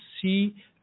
see